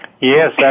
Yes